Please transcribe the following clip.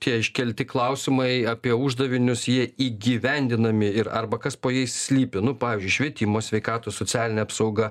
tie iškelti klausimai apie uždavinius jie įgyvendinami ir arba kas po jais slypi nu pavyzdžiui švietimo sveikatos socialinė apsauga